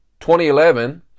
2011